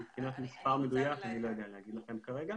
מבחינת מספר מדויק אני לא יודע להגיד לכם כרגע.